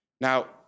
Now